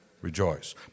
rejoice